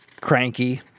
cranky